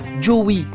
Joey